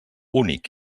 únic